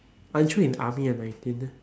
went through in army in nineteen